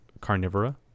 Carnivora